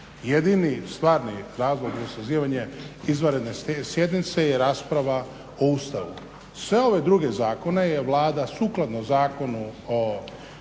Jedini stvarni razlog sazivanja izvanredne sjednice je rasprava o Ustavu. Sve ove druge zakone je Vlada sukladno zakonu i